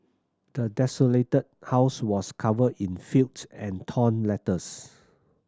the desolated house was covered in filth and torn letters